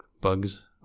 bugs